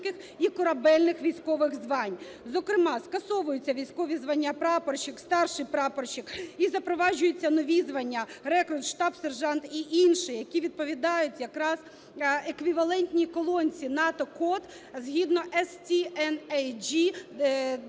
і корабельних військових звань, зокрема скасовуються військові звання "прапорщик", "старший прапорщик" і запроваджуються нові звання: "рекрут","штаб-сержант"і інші, - які відповідають якраз еквівалентній колонці НАТО код згідно STANАG